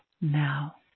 now